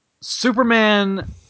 Superman